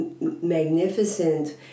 magnificent